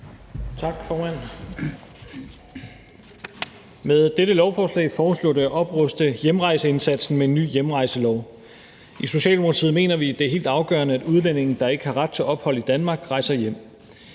Med dette lovforslag foreslås det at opruste hjemrejseindsatsen med en ny hjemrejselov. I Socialdemokratiet mener vi, det er helt afgørende, at udlændinge, der ikke har ret til ophold i Danmark, rejser hjem.